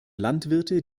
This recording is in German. landwirte